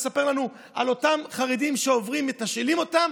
מספר לנו על אותם חרדים שכשהם עוברים מתשאלים אותם,